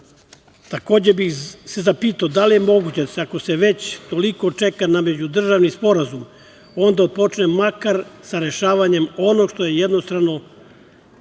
bih se zapitao da li je moguće ako se već toliko čeka na međudržavni sporazum on da otpočne makar sa rešavanjem onog što se jednostrano